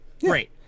great